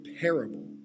parable